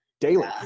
daily